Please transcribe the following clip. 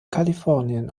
kalifornien